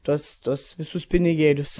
tuos tuos visus pinigėlius